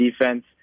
defense